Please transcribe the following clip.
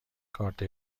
کارت